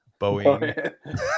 Boeing